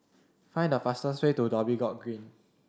find the fastest way to Dhoby Ghaut Green